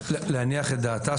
חברת הכנסת, אני מבקש להניח את דעתך.